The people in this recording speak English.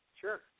sure